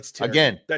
Again